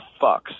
fucks